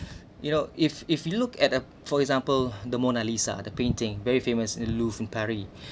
you know if if you look at uh for example the monalisa the painting very famous aloof and parry